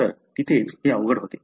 तर तिथेच ते अवघड होते